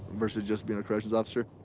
versus just being a correctional officer,